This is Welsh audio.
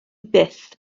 byth